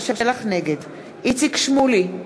נגד איציק שמולי,